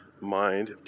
Mind